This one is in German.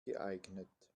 geeignet